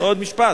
עוד משפט.